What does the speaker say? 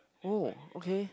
oh okay